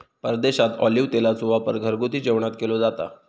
परदेशात ऑलिव्ह तेलाचो वापर घरगुती जेवणात केलो जाता